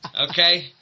okay